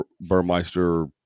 Burmeister